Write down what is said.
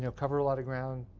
you know cover a lot of ground,